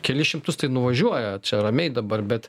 kelis šimtus tai nuvažiuoja čia ramiai dabar bet